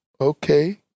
Okay